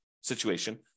situation